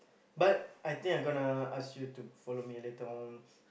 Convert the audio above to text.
but I think I gonna ask you to follow me later on